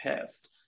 pissed